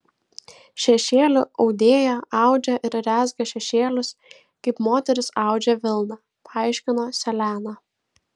šešėlių audėja audžia ir rezga šešėlius kaip moterys audžia vilną paaiškino seleną